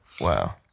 Wow